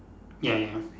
ya ya